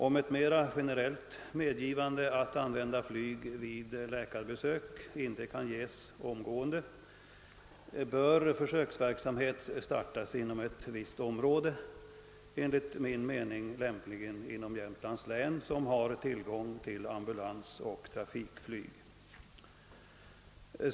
Om ett mera generellt medgivande att använda flyg vid läkarbesök inte kan ges omedelbart, bör försöksverksamhet startas inom ett visst område, lämpligen i Jämtlands län som har tillgång till ambulansoch trafikflyg.